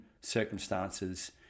circumstances